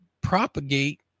propagate